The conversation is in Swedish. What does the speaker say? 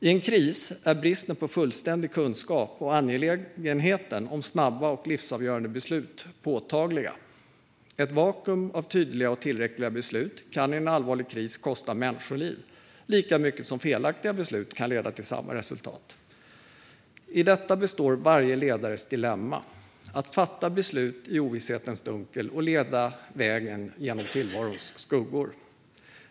I en kris är bristen på fullständig kunskap och angelägenheten av snabba och livsavgörande beslut påtagliga. Ett vakuum av tydliga och tillräckliga beslut kan i en allvarlig kris kosta människoliv, lika mycket som felaktiga beslut kan leda till samma resultat. I detta består varje ledares dilemma: att fatta beslut i ovisshetens dunkel och leda vägen genom tillvarons skuggor.